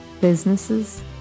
businesses